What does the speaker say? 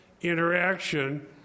interaction